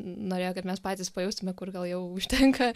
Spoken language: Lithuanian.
norėjo kad mes patys pajaustume kur gal jau užtenka